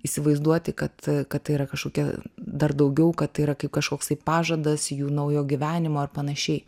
įsivaizduoti kad kad tai yra kažkokia dar daugiau kad tai yra kaip kažkoksai pažadas jų naujo gyvenimo ar panašiai